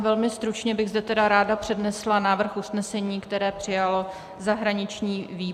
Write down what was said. Velmi stručně bych zde ráda přednesla návrh usnesení, které přijal zahraniční výbor.